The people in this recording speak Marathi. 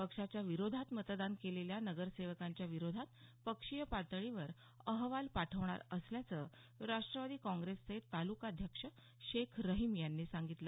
पक्षाच्या विरोधात मतदान केलेल्या नगरसेवकांच्या विरोधात पक्षीय पातळीवर अहवाल पाठवणार असल्याचं राष्ट्रवादी काँग्रेसचे तालुकाध्यक्ष शेख रहीम यांनी सांगितलं